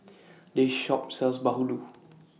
This Shop sells Bahulu